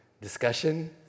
discussion